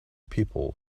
people